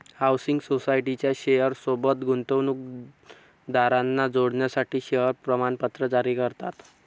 housing सोसायटीच्या share सोबत गुंतवणूकदारांना जोडण्यासाठी शेअर प्रमाणपत्र जारी करतात